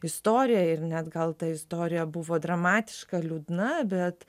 istoriją ir net gal ta istorija buvo dramatiška liūdna bet